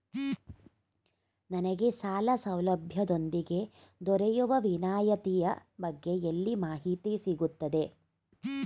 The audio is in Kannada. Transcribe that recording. ನನಗೆ ಸಾಲ ಸೌಲಭ್ಯದೊಂದಿಗೆ ದೊರೆಯುವ ವಿನಾಯತಿಯ ಬಗ್ಗೆ ಎಲ್ಲಿ ಮಾಹಿತಿ ಸಿಗುತ್ತದೆ?